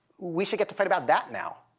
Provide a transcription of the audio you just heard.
we should get to fight about that now.